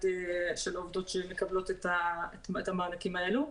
של העובדות שמקבלות את המענקים האלו.